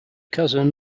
cousin